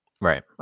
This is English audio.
Right